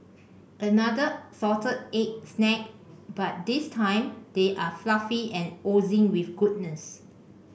another salted egg snack but this time they are fluffy and oozing with goodness